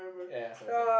ya sorry sorry